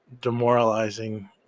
demoralizing